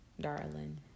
darling